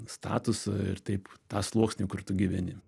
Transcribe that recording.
statusą ir taip tą sluoksnį kur tu gyveni